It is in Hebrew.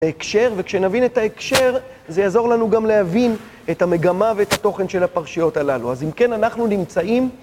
בהקשר, וכשנבין את ההקשר זה יעזור לנו גם להבין את המגמה ואת התוכן של הפרשיות הללו אז אם כן אנחנו נמצאים